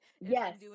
Yes